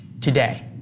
today